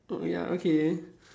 oh ya okay